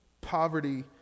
Poverty